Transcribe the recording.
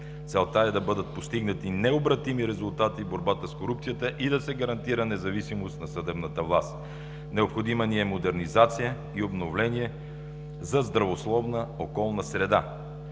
Целта е да бъдат постигнати необратими резултати в борбата с корупцията и да се гарантира независимост на съдебната власт. Необходима ни е модернизация и обновление за здравословна околна среда.